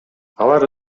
алар